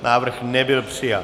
Návrh nebyl přijat.